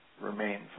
remains